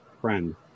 friend